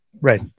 Right